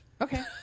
Okay